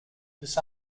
this